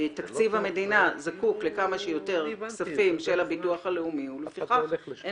תקציב המדינה זקוק לכמה שיותר כספים של הביטוח הלאומי ולפיכך אין